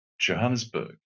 Johannesburg